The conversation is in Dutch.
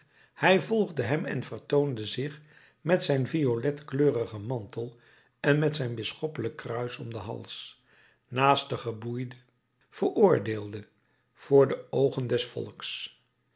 hij volgde hem en vertoonde zich met zijn violetkleurigen mantel en met zijn bisschoppelijk kruis om den hals naast den geboeiden veroordeelde voor de oogen des volks